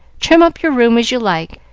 trim up your room as you like,